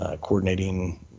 coordinating